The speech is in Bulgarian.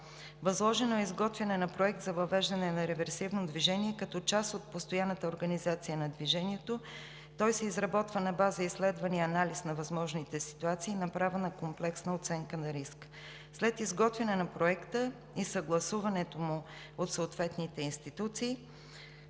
Възложено е изготвяне на проект за въвеждане на реверсивно движение, като част от постоянната организация на движението. Той се изработва на база изследване и анализ на възможните ситуации. Направена е комплексна оценка на риска. След изготвяне на проекта и съгласуването му от съответните институции